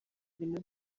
ibintu